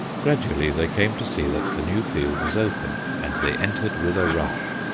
gradually they came to see that the new field was open, and they entered with a rush.